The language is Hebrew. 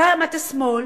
פעם אתה שמאל,